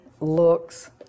looks